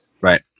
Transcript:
Right